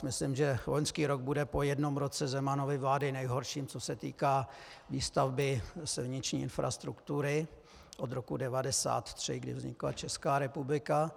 Myslím, že loňský rok bude po jednom roce Zemanovy vlády nejhorším, co se týká výstavby silniční infrastruktury od roku 1993, kdy vznikla Česká republika.